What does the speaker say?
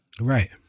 Right